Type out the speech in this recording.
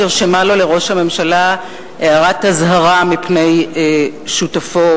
נרשמה לו לראש הממשלה הערת אזהרה מפני שותפו,